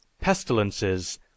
Pestilences